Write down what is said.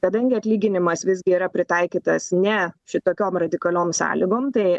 kadangi atlyginimas visgi yra pritaikytas ne šitokiom radikaliom sąlygom tai